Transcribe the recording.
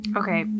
okay